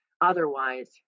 Otherwise